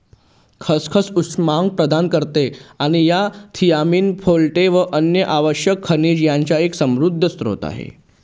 खसखस उष्मांक प्रदान करते आणि थियामीन, फोलेट व अन्य आवश्यक खनिज यांचा एक समृद्ध स्त्रोत आहे